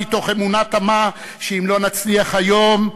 מתוך אמונה תמה שאם לא נצליח היום,